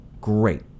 Great